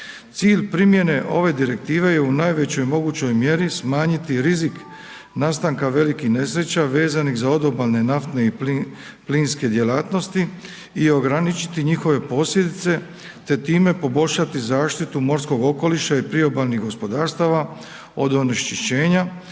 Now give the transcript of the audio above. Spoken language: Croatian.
Cilj primjene ove Direktive je u najvećoj mogućoj mjeri smanjiti rizik nastanka velikih nesreća vezanih za odobalne, naftne i plinske djelatnosti i ograničiti njihove posljedice, te time poboljšati zaštitu morskog okoliša i priobalnih gospodarstava od onečišćenja,